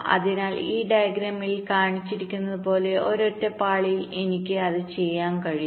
അതിനാൽ ഈ ഡയഗ്രാമിൽ കാണിച്ചിരിക്കുന്നതുപോലെ ഒരൊറ്റ പാളിയിൽ എനിക്ക് അത് ചെയ്യാൻ കഴിയും